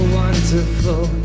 wonderful